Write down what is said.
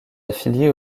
affiliés